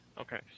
Okay